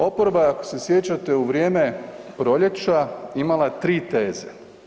Oporba je ako se sjećate u vrijeme proljeća imala 3 teze.